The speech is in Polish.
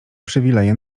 przywileje